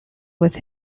with